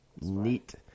Neat